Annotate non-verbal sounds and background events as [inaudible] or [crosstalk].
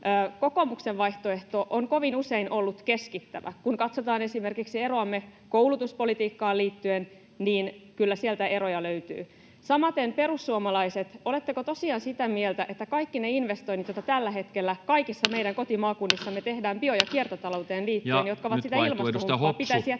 Kokoomuksen vaihtoehto on kovin usein ollut keskittävä. Kun katsotaan esimerkiksi eroamme koulutuspolitiikkaan liittyen, niin kyllä sieltä eroja löytyy. — Samaten perussuomalaiset, oletteko tosiaan sitä mieltä, että kaikki ne investoinnit, joita tällä hetkellä [noise] kaikissa meidän kotimaakunnissamme tehdään bio‑ ja kiertotalouteen liittyen, jotka ovat sitä ilmastohumppaa, pitäisi jättää